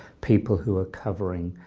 people who are covering